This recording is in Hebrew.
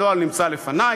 הנוהל נמצא לפני,